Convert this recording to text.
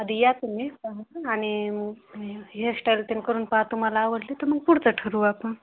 आधी या तुम्ही पा आणि मग हेअर स्टाईल त्याने करून पाहा तुम्हाला आवडली तर मग पुढचं ठरवू आपण